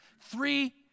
three